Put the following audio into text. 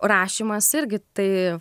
rašymas irgi tai